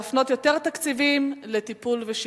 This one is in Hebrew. להפנות יותר תקציבים לטיפול ושיקום.